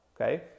okay